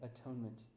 atonement